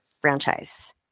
franchise